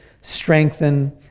strengthen